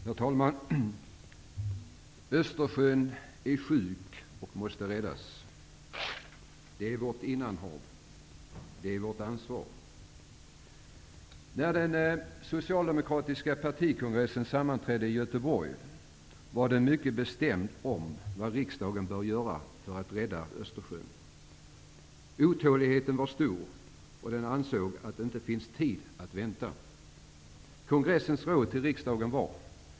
Herr talman! Östersjön är sjuk och måste räddas! Det havet är vårt innanhav! Det är vårt ansvar! När den socialdemokratiska partikongressen sammanträdde i Göteborg var den mycket bestämd i frågan om vad riksdagen bör göra för att rädda Östersjön. Otåligheten var stor, och kongressen ansåg att det inte fanns tid för att vänta.